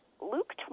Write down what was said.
Luke